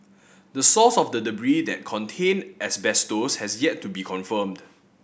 the source of the debris that contained asbestos has yet to be confirmed